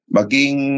maging